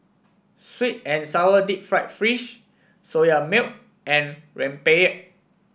sweet and sour Deep Fried Fish Soya Milk and rempeyek